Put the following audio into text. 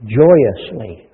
joyously